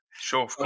Sure